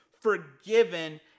forgiven